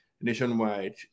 nationwide